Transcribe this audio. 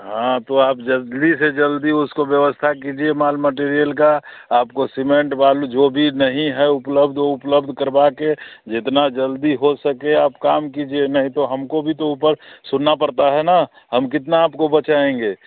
हाँ तो आप जल्दी से जल्दी उसको व्यवस्था कीजिए माल मटेरियल का आपको सिमेंट बालू जो भी नहीं है उपलब्ध उपलब्ध करवा कर जितना जल्दी हो सके आप काम कीजिए नहीं तो हमको भी तो ऊपर सुनना पड़ता है ना हम कितना आपको बचाएंगे